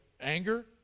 anger